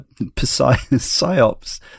PsyOps